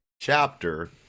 chapter